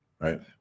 Right